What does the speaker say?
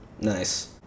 Nice